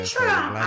Trump